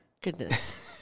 goodness